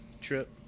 trip